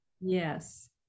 Yes